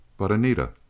but anita.